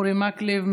אורי מקלב,